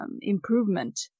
improvement